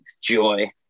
Joy